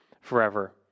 forever